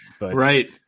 Right